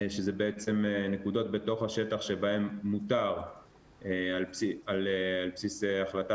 שזה בעצם נקודות בתוך השטח שבהם מותר על בסיס החלטה